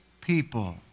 people